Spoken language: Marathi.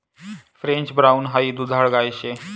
फ्रेंच ब्राउन हाई दुधाळ गाय शे